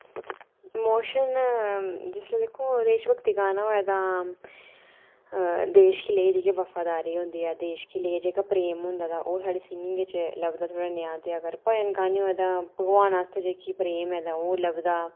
emotion जिसलै दिक्खो देश भक्ति गाना होए तां देश गी लेइयै जेह्की वफादारी होंदी ऐ देश गी लेइयै जेह्का प्रेम होंदा तां ओह् साढ़ी सिंगिंग च लभदा थोह्ड़ा नेहा ते अगर भजन गाने होऐ तां भगवान आस्तै जेह्की प्रेम ऐ तां ओह् लभदा